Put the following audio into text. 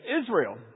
Israel